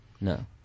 No